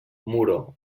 muro